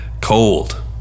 cold